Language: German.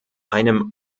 einem